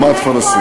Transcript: לעומת פלסטיני.